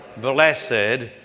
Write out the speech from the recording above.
blessed